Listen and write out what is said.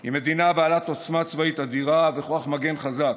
היא מדינה בעלת עוצמה צבאית אדירה וכוח מגן חזק,